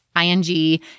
ING